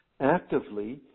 actively